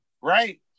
Right